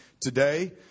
today